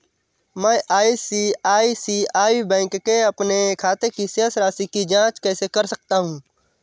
मैं ICICI bank के अपने खाते की शेष राशि की जाँच कैसे कर सकता हूँ?